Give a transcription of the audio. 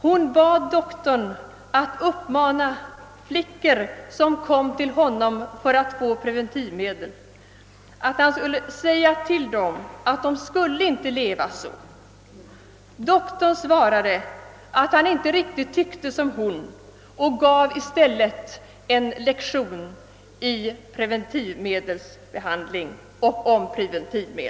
Hon bad doktorn att uppmana flickor som kom till honom för att få preventivmedel att säga till dem att de inte skulle leva så. Doktorn svarade att han inte riktigt tyckte som hon och gav i stället en lektion om preventivmedel.